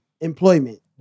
employment